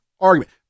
argument